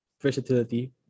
versatility